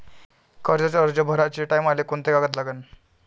कर्जाचा अर्ज भराचे टायमाले कोंते कागद लागन?